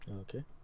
Okay